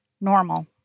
normal